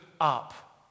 up